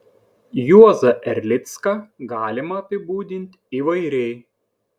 juozą erlicką galima apibūdinti įvairiai